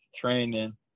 training